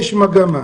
יש מגמה